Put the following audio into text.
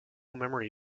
memory